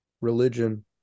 religion